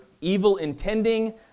evil-intending